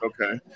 okay